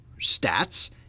stats